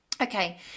okay